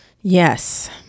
Yes